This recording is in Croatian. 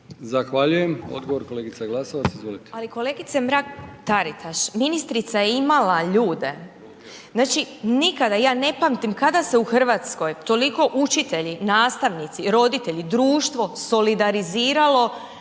Zahvaljujem. Odgovor kolegice Glasovac, izvolite. **Glasovac, Sabina (SDP)** Ali kolegice Mrak-Taritaš, ministrica je imala ljude, znači nikada, ja ne pamtim kada se u RH toliko učitelji, nastavnici, roditelji, društvo, solidariziralo